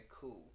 cool